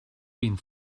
been